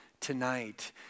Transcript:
tonight